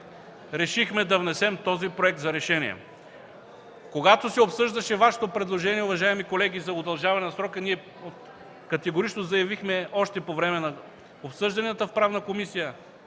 решихме да внесем този проект за решение. Когато се обсъждаше Вашето предложение, уважаеми колеги, за удължаване на срока, ние категорично заявихме още по време на обсъждането в Правната комисия,